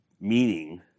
Meaning